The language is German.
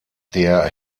der